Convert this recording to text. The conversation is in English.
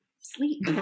sleep